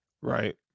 Right